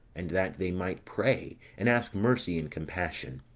and that they might pray, and ask mercy and compassion.